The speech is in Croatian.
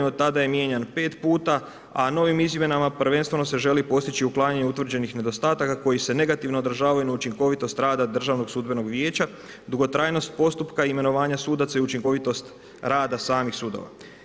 Od tada je mijenjan 5 puta, a novim izmjenama prvenstveno se želi postići uklanjanje utvrđenih nedostataka koji se negativno odražavaju na učinkovitost rada Državnog sudbenog vijeća, dugotrajnost postupka, imenovanja sudaca i učinkovitost rada samih sudova.